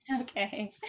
okay